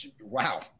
Wow